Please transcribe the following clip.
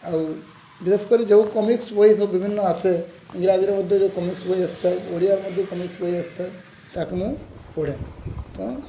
ଆଉ ବିଶେଷ କରି ଯେଉଁ କମିକ୍ସ ବହି ସବୁ ବିଭିନ୍ନ ଆସେ ଇଂରାଜୀର ମଧ୍ୟ ଯେଉଁ କମିକ୍ସ ବହି ଆସିଥାଏ ଓଡ଼ିଆରେ ମଧ୍ୟ କମିକ୍ସ ବହି ଆସିଥାଏ ତାକୁ ମୁଁ ପଢ଼େ ତ